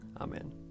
Amen